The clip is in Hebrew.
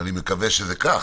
ואני מקווה שזה כך,